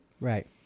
Right